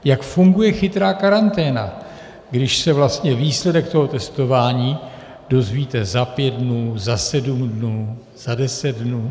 Jak funguje chytrá karanténa, když se vlastně výsledek toho testování dozvíte za pět dnů, za sedm dnů, za deset dnů?